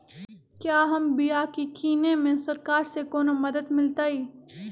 क्या हम बिया की किने में सरकार से कोनो मदद मिलतई?